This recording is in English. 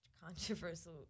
controversial